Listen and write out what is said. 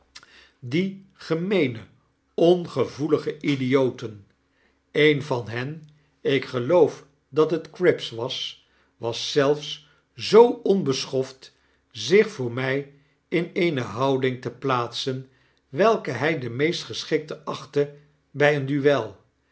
die gemeene ongevoelige idioten een van hen ik geloof dat het cripps was was zelfs zoo onbeschoft zich voor mij in eene houding te plaatsen welke hg de meest geschikte achtte bg een duel